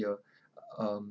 um